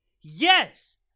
Yes